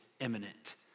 imminent